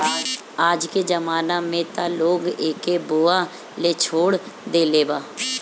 आजके जमाना में त लोग एके बोअ लेछोड़ देले बा